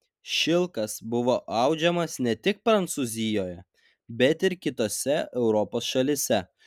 šilkas buvo audžiamas ne tik prancūzijoje bet ir kitose europos šalyse